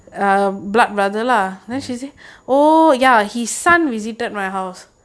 mm